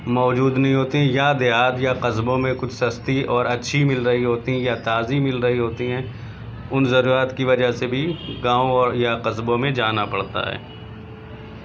موجود نہیں ہوتی یا دیہات یا قصبوں میں کچھ سستی اور اچھی مل رہی ہوتی یا تازی مل رہی ہوتی ہیں ان ضروریات کی وجہ سے بھی گاؤں اور یا قصبوں میں جانا پڑتا ہے